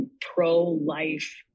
pro-life